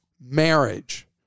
marriage